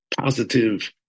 Positive